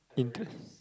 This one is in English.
interest